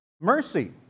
Mercy